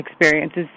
experiences